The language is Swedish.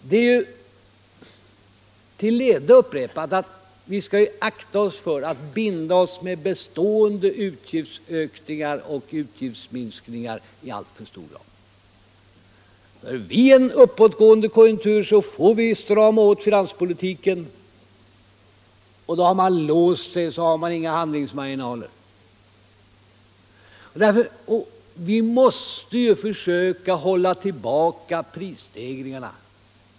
Det är till leda upprepat att vi skall akta oss för att binda oss för alltför stora bestående utgiftsökningar och inkomstminskningar. I en uppåtgående konjunktur får vi strama åt finanspolitiken. Har man låst sig, har man då inga handlingsmarginaler. Vi måste försöka hålla tillbaka prisstegringarna.